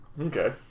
Okay